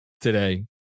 today